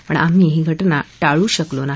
पण आम्ही ही घटना टाळू शकलो नाही